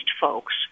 folks